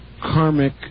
karmic